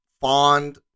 fond